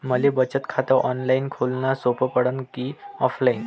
मले बचत खात ऑनलाईन खोलन सोपं पडन की ऑफलाईन?